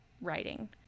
writing